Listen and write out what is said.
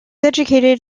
educated